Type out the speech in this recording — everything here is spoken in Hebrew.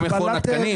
התקנים,